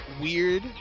weird